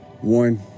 One